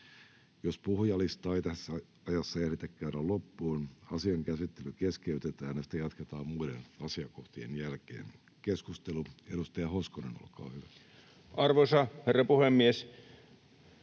Jos puhujalistaa ei tässä ajassa ehditä käydä loppuun, asian käsittely keskeytetään ja sitä jatketaan muiden asiakohtien jälkeen. — Keskustelu, edustaja Hoskonen, olkaa hyvä. [Speech 339] Speaker: